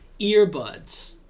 earbuds